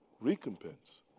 recompense